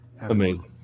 Amazing